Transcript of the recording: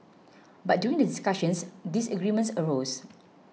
but during the discussions disagreements arose